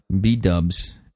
B-dubs